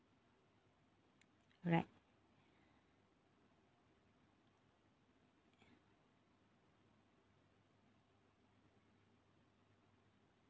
alright